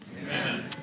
Amen